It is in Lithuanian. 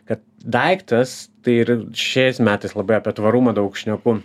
kad daiktas tai ir šiais metais labai apie tvarumą daug šneku